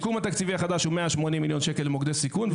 הסיכום התקציבי החדש הוא 180 מיליון שקל למוקדי סיכון,